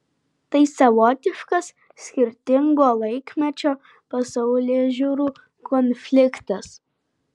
tai savotiškas skirtingo laikmečio pasaulėžiūrų konfliktas